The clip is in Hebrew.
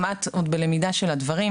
גם את עוד לומדת את הדברים,